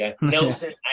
Nelson